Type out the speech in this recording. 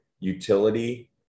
utility